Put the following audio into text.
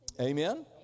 Amen